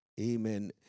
Amen